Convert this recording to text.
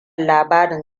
labarin